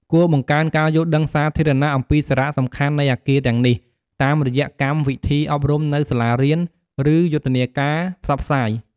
គួរបង្កើនការយល់ដឹងសាធារណៈអំពីសារៈសំខាន់នៃអគារទាំងនេះ តាមរយៈកម្មវិធីអប់រំនៅសាលារៀន ឬយុទ្ធនាការផ្សព្វផ្សាយ។